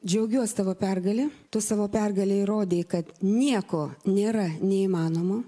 džiaugiuosi tavo pergale tu savo pergale įrodei kad nieko nėra neįmanomo